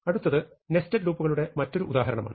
അടുത്തത് നെസ്റ്റഡ് ലൂപ്പുകളുടെ മറ്റൊരു ഉദാഹരണമാണ്